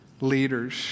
leaders